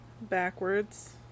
backwards